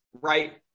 right